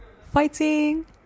fighting